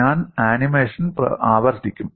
ഞാൻ ആനിമേഷൻ ആവർത്തിക്കും